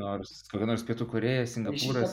nors kokia nors pietų korėja singapūras